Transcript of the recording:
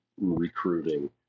recruiting